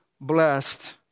blessed